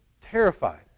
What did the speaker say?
terrified